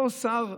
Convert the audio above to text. אותו שר,